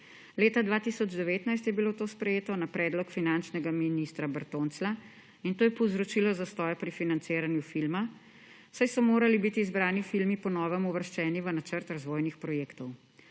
Leta 2019 je bilo to sprejeto na predlog finančnega ministra Bertonclja, in to je povzročilo zastoje pri financiranju filma, saj so morali biti izbrani filmi po novem uvrščeni v načrt razvojnih projektov.